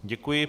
Děkuji.